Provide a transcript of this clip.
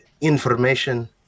information